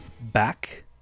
back